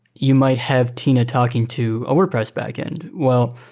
you might have tina talking to a wordpress backend. well,